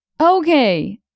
Okay